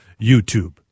YouTube